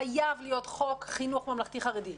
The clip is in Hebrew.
חייב להיות חוק חינוך ממלכתי-חרדי.